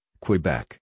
Quebec